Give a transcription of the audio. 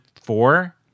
four